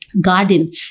garden